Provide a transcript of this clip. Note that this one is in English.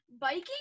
biking